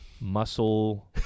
muscle